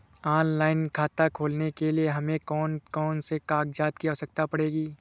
Online खाता खोलने के लिए हमें कौन कौन से कागजात की आवश्यकता पड़ेगी?